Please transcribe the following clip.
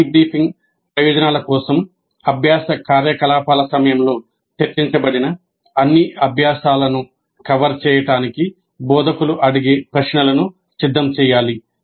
debriefing ప్రయోజనాల కోసం అభ్యాస కార్యకలాపాల సమయంలో చర్చించబడిన అన్ని అభ్యాసాలను కవర్ చేయడానికి బోధకులు అడిగే ప్రశ్నలను సిద్ధం చేయాలి